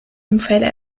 unfälle